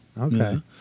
Okay